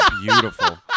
beautiful